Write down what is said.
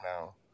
now